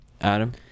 Adam